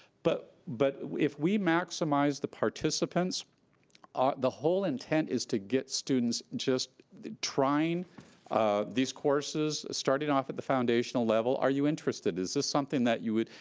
but but, if we maximize the participants ah the whole intent is to get students just trying these courses starting off at the foundational level. are you interested? is this something that you would,